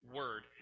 word